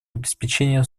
обеспечении